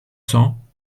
cents